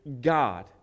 god